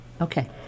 Okay